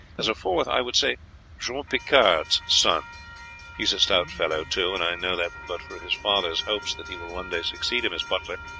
as a fourth i would say jean picard's son he is a stout fellow too, and i know that, but for his father's hopes that he will one day succeed him as butler,